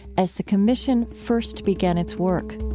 as the commission first began its work